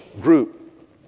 group